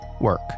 work